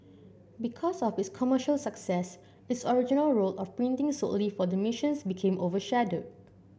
because of its commercial success its original role of printing solely for the missions became overshadowed